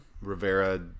Rivera